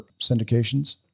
syndications